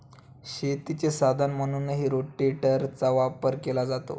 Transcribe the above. शेतीचे साधन म्हणूनही रोटेटरचा वापर केला जातो